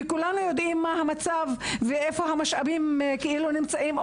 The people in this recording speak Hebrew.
כולנו יודעים מה המצב ואיפה המשאבים נמצאים,